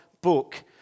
book